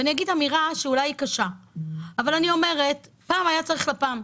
ואני אגיד אמירה שהיא אולי קשה: פעם היה צריך לפ"מ.